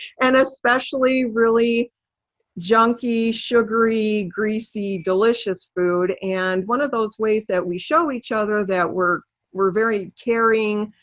and especially really junky, sugary, greasy, delicious food. and one of those ways that we show each other that we're we're very caring,